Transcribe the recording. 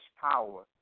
power